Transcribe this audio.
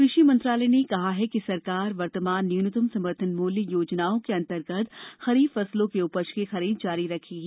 कृषि मंत्रालय ने कहा है कि सरकार वर्तमान न्यूनतम समर्थन मूल्य योजनाओं के अंतर्गत खरीफ फसलों की उपज की खरीद जारी रखेगी